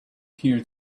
here